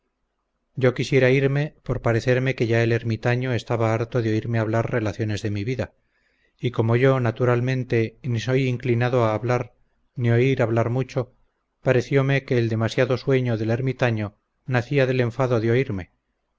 yo quisiera irme por parecerme que ya el ermitaño estaba harto de oírme hablar relaciones de mi vida y como yo naturalmente ni soy inclinado a hablar ni oír hablar mucho pareciome que el demasiado sueño del ermitaño nacía del enfado de oírme